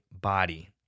body